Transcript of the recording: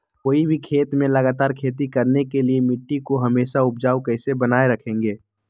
कोई भी खेत में लगातार खेती करने के लिए मिट्टी को हमेसा उपजाऊ कैसे बनाय रखेंगे?